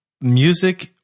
music